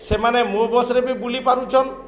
ସେମାନେ ମୋ ବସ୍ରେ ବି ବୁଲି ପାରୁଛନ୍